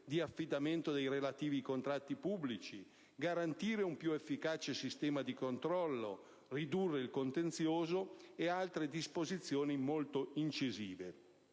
di affidamento dei relativi contratti pubblici; garantire un più efficace sistema di controllo; ridurre il contenzioso. Sono poi previste altre disposizioni molto incisive.